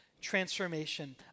Transformation